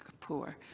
Kapoor